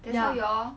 then so you all